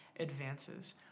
advances